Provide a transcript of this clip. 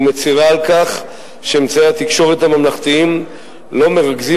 ומצרה על כך שאמצעי התקשורת הממלכתיים לא מרכזים